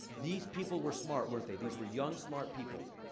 these people were smart, weren't they? these were young, smart people.